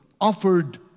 offered